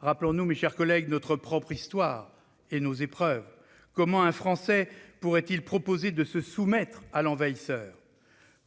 Rappelons-nous, mes chers collègues, notre propre histoire et nos épreuves. Comment un Français pourrait-il proposer de se soumettre à l'envahisseur ?